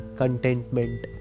contentment